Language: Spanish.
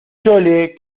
chole